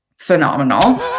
phenomenal